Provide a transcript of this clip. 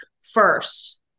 first